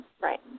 Right